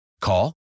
Call